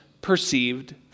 perceived